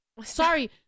sorry